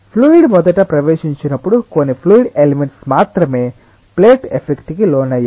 fluid మొదట ప్రవేశించినప్పుడు కొన్ని ఫ్లూయిడ్ ఎలిమెంట్స్ మాత్రమే ప్లేట్ ఎఫెక్ట్ కి లోనయ్యాయి